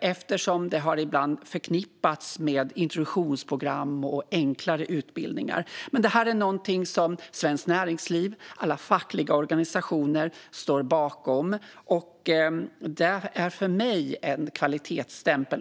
eftersom den ibland har förknippats med introduktionsprogram och enklare utbildningar. Detta är dock någonting som Svenskt Näringsliv och alla fackliga organisationer står bakom, och det är för mig en kvalitetsstämpel.